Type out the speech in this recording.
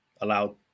allowed